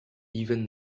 even